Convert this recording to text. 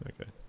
Okay